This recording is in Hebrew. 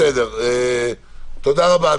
תודה רבה,